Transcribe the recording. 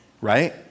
right